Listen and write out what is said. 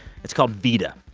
it's called vida.